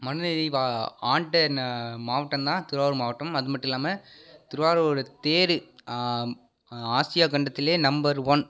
மனுநீதி வா ஆண்ட மாவட்டம் தான் திருவாரூர் மாவட்டம் அதுமட்டுமில்லாமல் திருவாரூர் தேர் ஆசியா கண்டத்துலேயே நம்பர் ஒன்